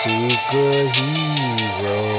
Superhero